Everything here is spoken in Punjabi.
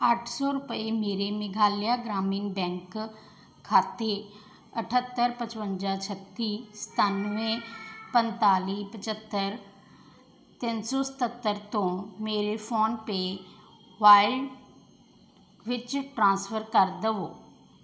ਅੱਠ ਸੌ ਰੁਪਏ ਮੇਰੇ ਮੇਘਾਲਿਆ ਗ੍ਰਾਮੀਣ ਬੈਂਕ ਖਾਤੇ ਅਠੱਤਰ ਪਚਵੰਜਾ ਛੱਤੀ ਸਤਾਨਵੇਂ ਪੰਤਾਲੀ ਪਚੱਤਰ ਤਿੰਨ ਸੌ ਸਤੱਤਰ ਤੋਂ ਮੇਰੇ ਫੋਨਪੇ ਵਾਲਟ ਵਿੱਚ ਟ੍ਰਾਂਸਫਰ ਕਰ ਦਵੋ